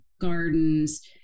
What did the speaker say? gardens